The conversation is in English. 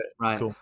Right